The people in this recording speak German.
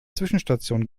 zwischenstation